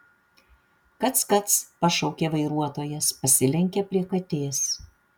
kac kac pašaukė vairuotojas pasilenkė prie katės